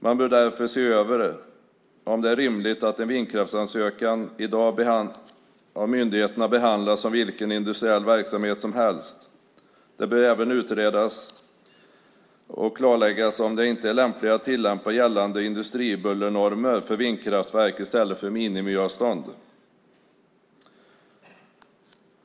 Man bör därför se över om det är rimligt att en vindkraftsansökan i dag av myndigheterna behandlas som vilken industriell verksamhet som helst. Det bör även utredas och klarläggas om det inte är lämpligt att tillämpa gällande industribullernormer för vindkraftverk i stället för minimiavstånd.